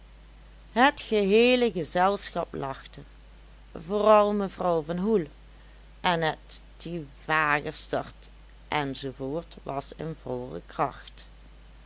het geheele gezelschap lachte vooral mevrouw van hoel en het die wagestert enz was in volle kracht